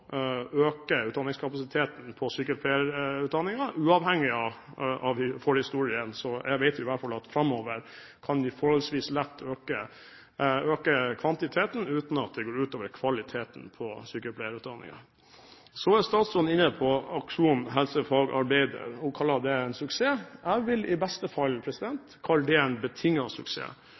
øke utdanningskapasiteten på sykepleierutdanningen, uavhengig av forhistorien. Jeg vet i hvert fall at vi framover forholdsvis lett kan øke kvantiteten på sykepleierutdanningen uten at det går ut over kvaliteten. Statsråden er inne på Aksjon helsefagarbeider. Hun kaller det en suksess. Jeg vil i beste fall kalle det en betinget suksess.